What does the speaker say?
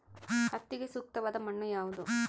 ಹತ್ತಿಗೆ ಸೂಕ್ತವಾದ ಮಣ್ಣು ಯಾವುದು?